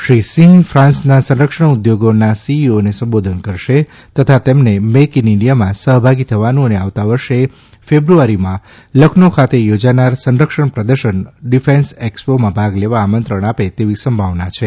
શ્રી રાજનાથસિંહ ફાંસના સંરક્ષણ ઉદ્યોગોના સીઈઓને સંબોધન કરશે તથા તેમને મેઈક ઈન ઈન્ઠિયામા સહભાગી થવાનું અને આવતા વર્ષે ફેબ્રઆરીમાં લખનૌ ખાતે યોજાનાર સંરક્ષણ પ્રદર્શન ડિફેન્સએક્સ્પોમાં ભાગ લેવા આમંત્રણ આપે તેવી સંભાવના છે